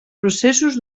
processos